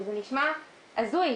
זה נשמע הזוי.